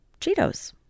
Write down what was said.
Cheetos